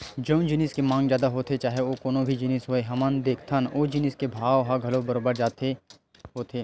जउन जिनिस के मांग जादा होथे चाहे ओ कोनो भी जिनिस होवय हमन देखथन ओ जिनिस के भाव ह घलो बरोबर जादा होथे